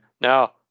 now